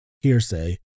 Hearsay